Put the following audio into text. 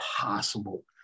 possible